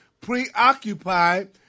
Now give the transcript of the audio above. preoccupied